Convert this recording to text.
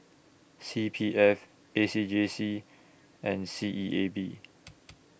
C P F A C J C and C E A B